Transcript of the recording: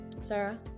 Sarah